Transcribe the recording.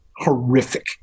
Horrific